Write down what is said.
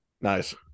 Nice